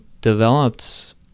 developed